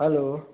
hello